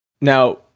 Now